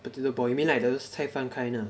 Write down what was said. potato ball you mean like those 菜饭 kind ah